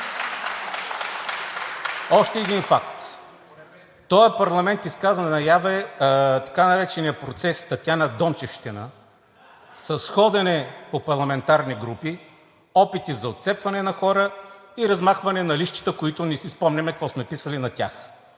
Още един факт. Този парламент изкара наяве така наречения процес Татяна-дончевщина – с ходене по парламентарни групи, опити за отцепване на хора и размахване на листчета, на които не си спомняме какво сме писали.